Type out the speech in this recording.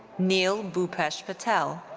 neil bhupesh patel.